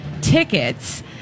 tickets